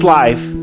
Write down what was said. life